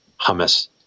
hummus